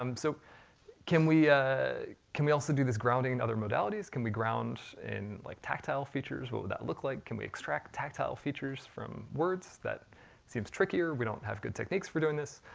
um so can we ah can we also do this grounding and other modalities, can we ground in like tactile features? what would that look like? can we extract tactile features from words that seems tricker. we don't have good techniques for doing this.